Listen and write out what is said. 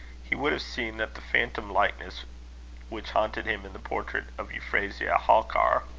he would have seen that the phantom-likeness which haunted him in the portrait of euphrasia halkar,